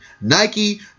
nike